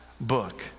book